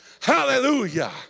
Hallelujah